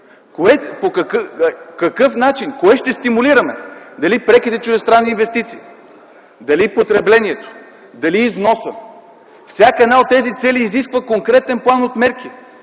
кризата, кое ще стимулираме – дали преките чуждестранни инвестиции, дали потреблението, дали износа. Всяка една от тези цели изисква конкретен план от мерки.